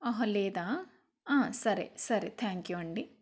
అహ లేదా సరే సరే థ్యాంక్యూ అండి